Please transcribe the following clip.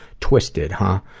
twisted, huh?